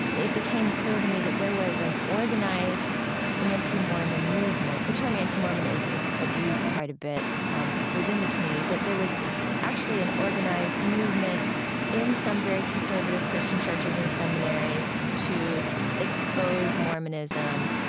it became clear to me that there was an organized anti-mormon movement. the term anti-mormon is abused quite a bit um within the community, but there was actually an organized movement in some very conservative christian churches and seminaries to expose mormonism